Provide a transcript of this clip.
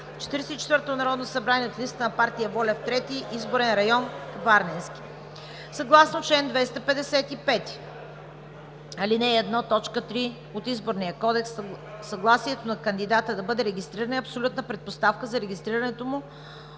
44-тото Народно събрание от листата на партия ВОЛЯ в Трети изборен район – Варненски. Съгласно чл. 255, ал. 1, т. 3 от Изборния кодекс съгласието на кандидата да бъде регистриран е абсолютна предпоставка за регистрацията му